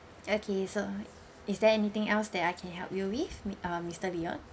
okay so is there anything else that I can help you with mi~ uh mister leon